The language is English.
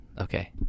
Okay